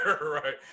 right